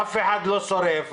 אף אחד לא שורף.